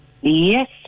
Yes